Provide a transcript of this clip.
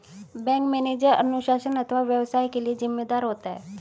bank manager अनुशासन अथवा व्यवसाय के लिए जिम्मेदार होता है